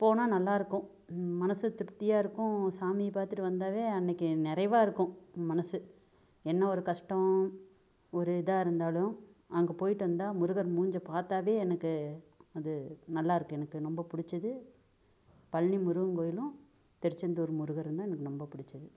போனா நல்லாயிருக்கும் மனது திருப்தியாக இருக்கும் சாமியை பார்த்துட்டு வந்தாவே அன்றைக்கி நிறைவா இருக்கும் மனது என்ன ஒரு கஷ்டம் ஒரு இதாக இருந்தாலும் அங்கே போய்ட்டு வந்தால் முருகர் மூஞ்ச பார்த்தாவே எனக்கு அது நல்லாயிருக்கு எனக்கு ரொம்ப பிடிச்சது பழனி முருகன் கோயிலும் திருச்செந்தூர் முருகரும் தான் எனக்கு ரொம்ப பிடிச்சது